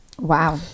Wow